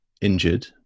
injured